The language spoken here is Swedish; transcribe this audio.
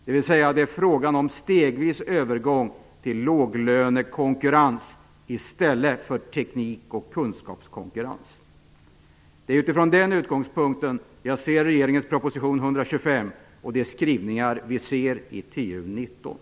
Det är alltså fråga om en stegvis övergång till låglönekonkurrens i stället för teknik och kunskapskonkurrens. Det är utifrån den utgångspunkten jag ser regeringens proposition 1995/96:125 och de skrivningar vi ser i TU19.